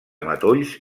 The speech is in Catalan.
matolls